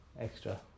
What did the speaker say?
Extra